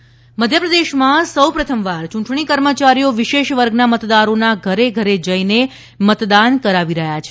મધ્યપ્રદેશ ચૂંટણી મધ્યપ્રદેશમાં સૌ પ્રથમવાર ચૂંટણી કર્મચારીઓ વિશેષ વર્ગના મતદારોના ઘરે ઘરે જઈને મતદાન કરાવી રહ્યા છે